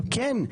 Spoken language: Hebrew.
וכן,